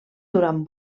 durant